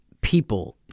people